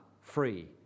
free